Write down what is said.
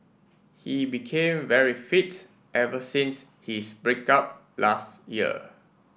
he became very fit ever since his break up last year